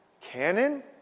Canon